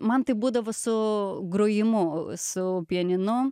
man taip būdavo su grojimu su pianinu